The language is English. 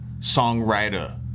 songwriter